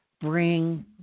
bring